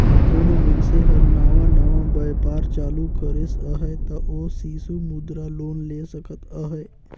कोनो मइनसे हर नावा नावा बयपार चालू करिस अहे ता ओ सिसु मुद्रा लोन ले सकत अहे